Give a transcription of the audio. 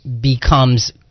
becomes